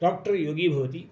doctor योगी भवति